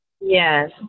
yes